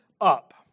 up